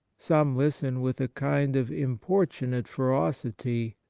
some listen with a kind of importunate ferocity,